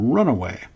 Runaway